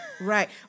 right